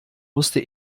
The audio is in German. musste